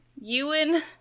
Ewan